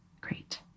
Great